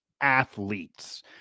athletes